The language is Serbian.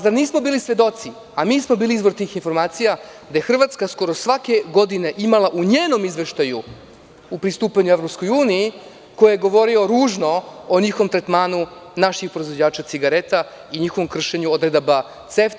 Zar nismo bili svedoci, a mi smo bili izvor tih informacija, da je Hrvatska skoro svake godine imala u njenom izveštaju u pristupanju EU rečenicu koja je govorila ružno o njihovom tretmanu naših proizvođača cigareta i njihovom kršenju odredaba CEFT?